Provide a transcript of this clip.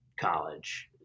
college